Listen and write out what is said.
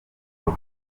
paul